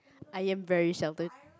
I am very sheltered